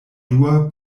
dua